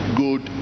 good